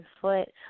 foot